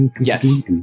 Yes